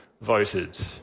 voted